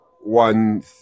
one